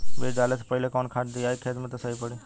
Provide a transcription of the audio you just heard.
बीज डाले से पहिले कवन खाद्य दियायी खेत में त सही पड़ी?